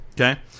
Okay